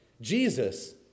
Jesus